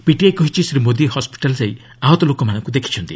PTI କହିଛି Shri Modi hospital ଯାଇ ଆହତ ଲୋକମାନଙ୍କୁ ଦେଖିଛନ୍ତି